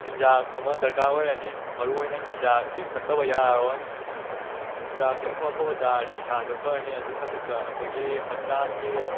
ꯆꯤꯟꯖꯥꯛ ꯑꯃ ꯗꯔꯀꯥꯔ ꯑꯣꯏꯔꯅꯤ ꯃꯔꯨ ꯑꯣꯏꯅ ꯆꯤꯟꯖꯥꯛꯁꯤ ꯐꯠꯇꯕ ꯌꯥꯔꯔꯣꯏ ꯆꯤꯟꯖꯥꯛꯁꯤ ꯑꯐ ꯑꯐꯕ ꯆꯥꯔꯗꯤ ꯏꯁꯥꯁꯨ ꯐꯔꯅꯤ ꯑꯗꯨꯏ ꯃꯊꯛꯇ ꯑꯩꯈꯣꯏꯒꯤ ꯍꯛꯆꯥꯡꯒꯤ